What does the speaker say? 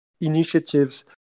initiatives